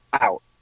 out